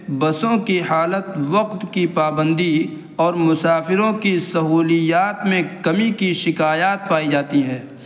بسوں کی حالت وقت کی پابندی اور مسافروں کی سہولیات میں کمی کی شکایات پائی جاتی ہے